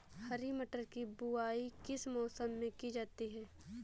हरी मटर की बुवाई किस मौसम में की जाती है?